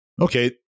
okay